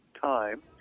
time